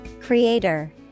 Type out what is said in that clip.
Creator